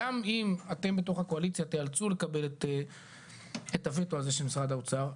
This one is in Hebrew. גם אם לאתם בתוך הקואליציה תיאלצו לקבל את הוטו הזה של משרד האוצר,